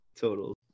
total